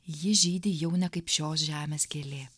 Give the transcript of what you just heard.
ji žydi jau ne kaip šios žemės gėlė